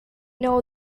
know